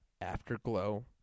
afterglow